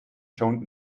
showed